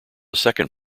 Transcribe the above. second